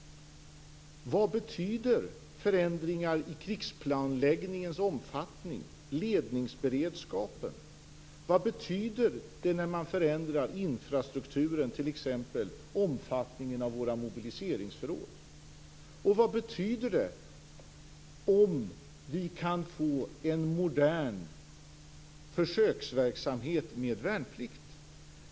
Vad betyder förändringar i krigsplanläggningens omfattning och i ledningsberedskapen? Vad betyder det när man förändrar infrastrukturen, t.ex. omfattningen av våra mobiliseringsförråd? Och vad betyder det om vi får en modern försöksverksamhet med värnplikt?